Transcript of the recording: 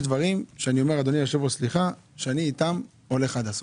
אבל יש דברים שבהם אני אומר שאני הולך עד הסוף.